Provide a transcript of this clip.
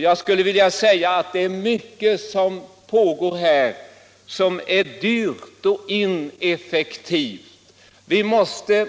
Jag skulle vilja säga att mycket av det som pågår är dyrt och ineffektivt. Vi måste